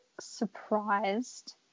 surprised